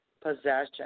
possession